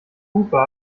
hupe